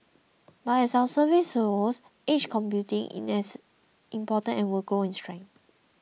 but as our survey shows edge computing is as important and will grow in strength